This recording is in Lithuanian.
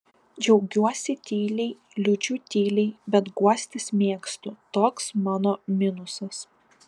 džiaugiuosi tyliai liūdžiu tyliai bet guostis mėgstu toks mano minusas